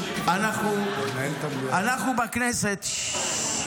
אנחנו בכנסת, ששש.